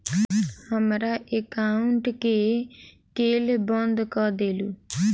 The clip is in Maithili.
हमरा एकाउंट केँ केल बंद कऽ देलु?